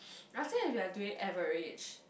I think if you are doing average